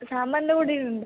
സാമ്പാറിൻ്റെ പൊടിയുണ്ട്